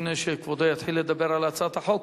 לפני שכבודו יתחיל לדבר על הצעת החוק,